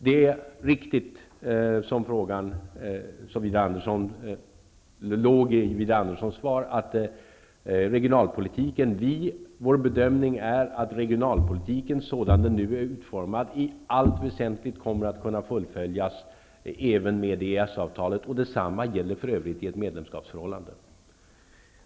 Det som låg i Widar Anderssons fråga är riktigt. Vår bedömning är att regionalpolitiken sådan den nu är utformad i allt väsentligt kommer att kunna fullföljas även med EES-avtalet. Detsamma gäller för övrigt även i ett medlemskapsförhållande.